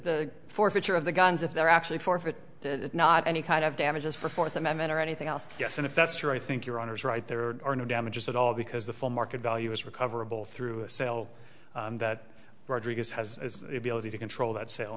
the forfeiture of the guns if there actually forfeit not any kind of damages for fourth amendment or anything else yes and if that's true i think your honor is right there are no damages at all because the full market value is recoverable through a sale that rodriguez has to be able to control that sale